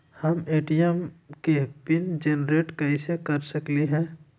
हम ए.टी.एम के pin generate कईसे कर सकली ह?